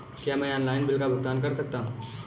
क्या मैं online bill का भुगतान कर सकता हूँ?